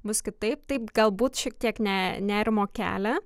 bus kitaip taip galbūt šiek tiek ne nerimo kelia